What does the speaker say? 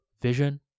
vision